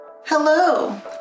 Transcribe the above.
Hello